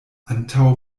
antaŭ